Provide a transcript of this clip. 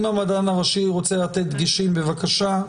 אם המדען הראשי רוצה לתת דגשים בבקשה,